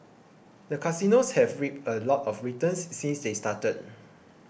the casinos have reaped a lot of returns since they started